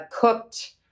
cooked